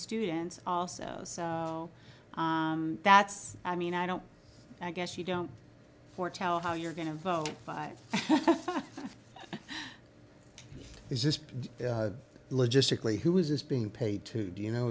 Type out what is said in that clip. students also that's i mean i don't i guess you don't foretell how you're going to vote five is this logistically who is this being paid to do you know